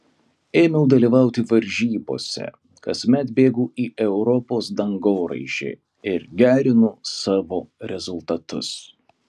ėmiau dalyvauti varžybose kasmet bėgu į europos dangoraižį ir gerinu savo rezultatus